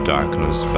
Darkness